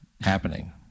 happening